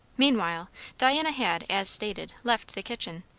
meanwhile diana had, as stated, left the kitchen,